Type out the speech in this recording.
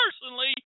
personally